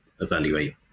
evaluate